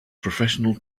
professional